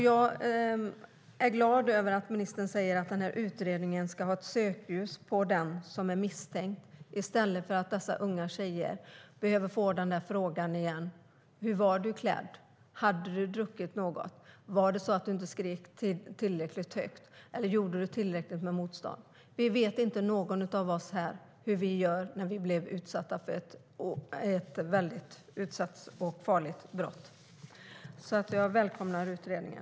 Jag är glad över att ministern säger att utredningen ska ha ett sökljus på den som är misstänkt i stället för att unga tjejer igen behöver få frågor som: Hur var du klädd? Hade du druckit något? Var det så att du inte skrek tillräckligt högt? Gjorde du tillräckligt med motstånd? Ingen av oss här vet hur vi gör om vi blir utsatta för ett allvarligt brott. Jag välkomnar utredningen.